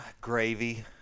gravy